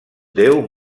déu